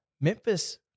Memphis